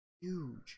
huge